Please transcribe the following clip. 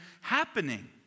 happening